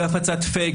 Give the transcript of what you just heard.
בהפצת פייק,